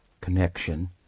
connection